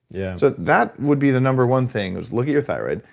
yeah so that would be the number one thing is look at your thyroid.